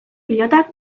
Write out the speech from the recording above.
pilotak